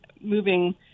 moving